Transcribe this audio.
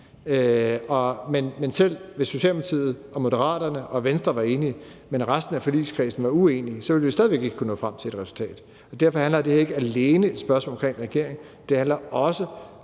men selv hvis Socialdemokratiet og Moderaterne og Venstre var enige, mens resten af forligskredsen var uenige, ville vi jo stadig væk ikke kunne nå frem til et resultat. Derfor handler det her ikke alene om regeringen, det handler også om